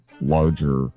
larger